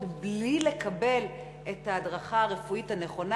בלי לקבל את ההדרכה הרפואית הנכונה,